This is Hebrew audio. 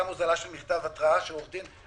גם הוזלה של מכתב התראה של עורך דין.